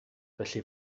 felly